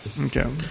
Okay